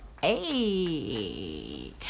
Hey